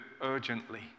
urgently